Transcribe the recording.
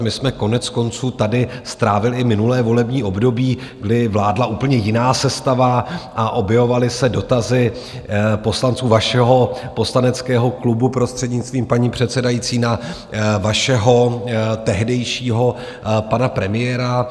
My jsme koneckonců tady strávili i minulé volební období, kdy vládla úplně jiná sestava a objevovaly se dotazy poslanců vašeho poslaneckého klubu, prostřednictvím paní předsedající, na vašeho tehdejšího pana premiéra.